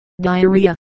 Diarrhea